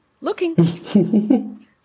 looking